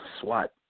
swat